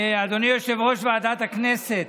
יושב-ראש ועדת הכנסת,